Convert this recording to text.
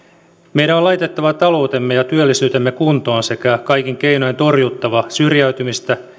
meidän on laitettava taloutemme ja työllisyytemme kuntoon sekä kaikin keinoin torjuttava syrjäytymistä